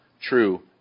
true